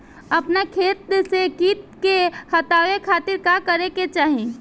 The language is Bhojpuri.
अपना खेत से कीट के हतावे खातिर का करे के चाही?